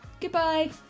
Goodbye